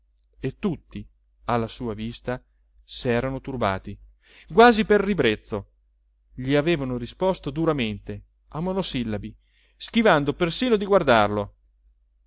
e tutti alla sua vista s'erano turbati quasi per ribrezzo gli avevano risposto duramente a monosillabi schivando persino di guardarlo